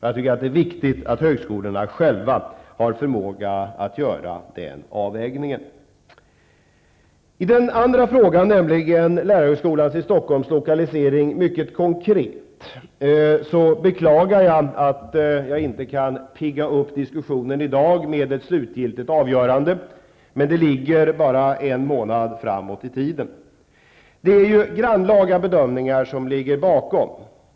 Jag tycker att det är viktigt att högskolorna själva har förmåga att göra den avvägningen. Den andra frågan gäller konkret lokaliseringen av lärarhögskolan i Stockholm. Jag beklagar att jag inte kan pigga upp diskussionen i dag med ett slutgiltigt avgörande. Men det ligger bara en månad fram i tiden. Det ligger grannlaga bedömningar bakom ett sådant avgörande.